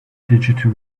digital